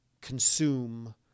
consume